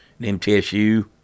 MTSU